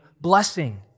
blessing